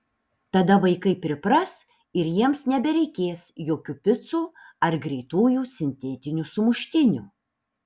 tada vaikai pripras ir jiems nebereikės jokių picų ar greitųjų sintetinių sumuštinių